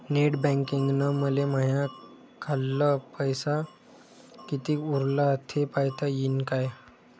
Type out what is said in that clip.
Net बँकिंगनं मले माह्या खाल्ल पैसा कितीक उरला थे पायता यीन काय?